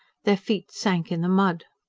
their feet sank in the mud.